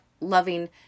loving